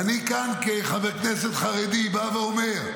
ואני כאן כחבר כנסת חרדי בא ואומר: